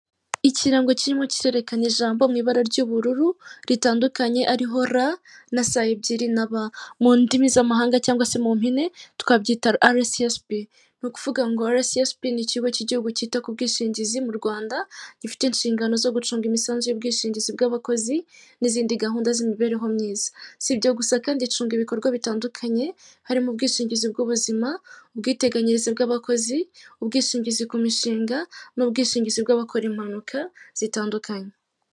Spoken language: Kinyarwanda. Ikirango kirimo kirerekana ijambo mu ibara ry'ubururu ritandukanye arihora na sa ebyiri na ba mu ndimi z'amahanga cyangwa se mu mpine twakabyita arasiyesibi. Ni ukuvuga ngo arasiyesibi ni ikigo cy'igihugu cyita ku bwishingizi mu Rwanda gifite inshingano zo gucunga imisanzu y'ubwishingizi bw'abakozi n'izindi gahunda z'imibereho myiza. Sibyo gusa kandi igicunga ibikorwa bitandukanye harimo ubwishingizi bw'ubuzima, ubwiteganyirize bw'abakozi, ubwishingizi ku mishinga, n'ubwishingizi bw'abakora impanuka zitandukanye.